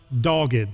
dogged